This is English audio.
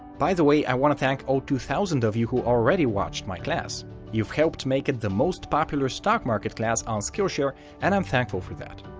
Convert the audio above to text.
by the way, i want to thank all two thousand of you who already watched my class you've helped make it the most popular stock market class on skillshare and i'm thankful for that.